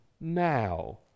now